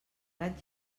gat